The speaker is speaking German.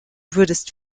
würdest